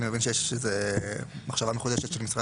אני מבין שיש מחשבה מחודשת של משרד